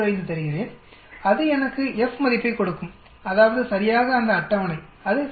05 தருகிறேன் அது எனக்கு F மதிப்பைக் கொடுக்கும் அதாவதுசரியாக அந்த அட்டவணை அது FINV